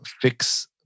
fix